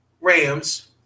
Rams